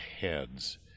Heads